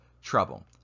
trouble